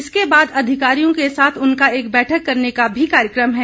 इसके बाद अधिकारियों के साथ उनका एक बैठक करने का भी कार्यक्रम है